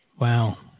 Wow